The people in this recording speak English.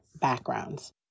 backgrounds